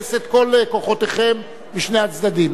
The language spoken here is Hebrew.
לגייס את כל כוחותיכם משני הצדדים.